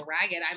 ragged